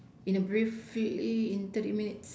in a Briefly in thirty minutes